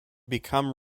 become